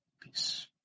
Peace